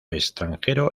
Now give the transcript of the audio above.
extranjero